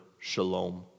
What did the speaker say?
shalom